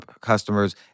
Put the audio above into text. customers